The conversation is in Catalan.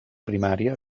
primària